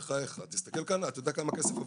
בחייך, תסתכל, אתה יודע כמה כסף עובר?